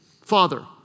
Father